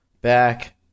back